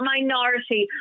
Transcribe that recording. Minority